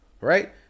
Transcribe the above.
right